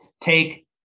take